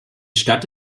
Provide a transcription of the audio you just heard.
stadt